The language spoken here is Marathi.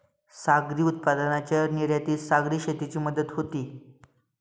सागरी उत्पादनांच्या निर्यातीत सागरी शेतीची मदत होते